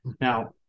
now